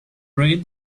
rate